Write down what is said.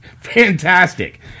Fantastic